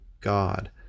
God